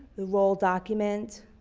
the role document,